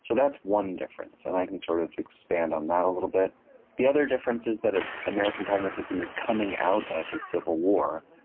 so that's one difference, and i can sort of expand on that a little bit the other difference is that ah american pragmatism is coming out of the civil war.